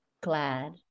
glad